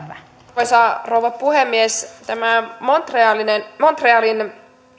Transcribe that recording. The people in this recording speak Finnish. arvoisa rouva puhemies tämä montrealin